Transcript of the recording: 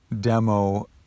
demo